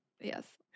Yes